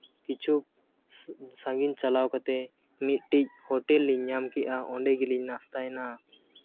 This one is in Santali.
ᱠᱤᱪᱷᱩᱠ ᱥᱟᱺᱜᱤᱧ ᱪᱟᱞᱟᱣ ᱠᱟᱛᱮᱫ ᱢᱤᱫᱴᱤᱡ ᱦᱳᱴᱮᱹᱞ ᱞᱤᱧ ᱧᱟᱢ ᱠᱮᱜᱼᱟ ᱚᱸᱰᱮ ᱜᱮᱞᱤᱧ ᱱᱟᱥᱛᱟᱭᱮᱱᱟ